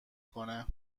کنه